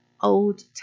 old